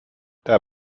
der